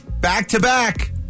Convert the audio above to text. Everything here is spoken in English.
back-to-back